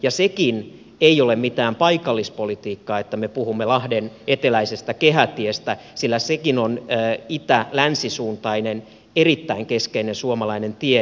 ja se ei ole mitään paikallispolitiikkaa että me puhumme lahden eteläisestä kehätiestä sillä sekin on itälänsisuuntainen erittäin keskeinen suomalainen tie